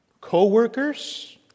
Co-workers